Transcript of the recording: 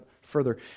further